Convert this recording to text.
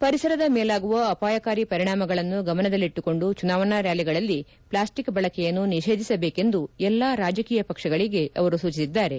ಪರಿಸರದ ಮೇಲಾಗುವ ಅಪಾಯಕಾರಿ ಪರಿಣಾಮಗಳನ್ನು ಗಮನದಲ್ಲಿಟ್ಟುಕೊಂಡು ಚುನಾವಣಾ ರ್್ಾಲಿಗಳಲ್ಲಿ ಪ್ಲಾಸ್ಟಿಕ್ ಬಳಕೆಯನ್ನು ನಿಷೇಧಿಸಬೇಕೆಂದು ಎಲ್ಲಾ ರಾಜಕೀಯ ಪಕ್ಷಗಳಿಗೆ ಸೂಚಿಸಿದ್ದಾರೆ